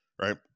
right